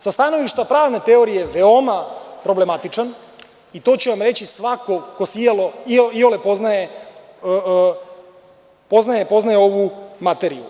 Sa stanovišta pravne teorije veoma je problematičan i to će vam reći svako ko iole poznaje ovu materiju.